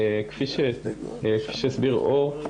כפי שהסביר אור,